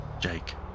Jake